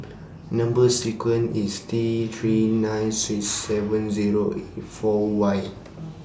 Number sequence IS T three nine six seven Zero eight four Y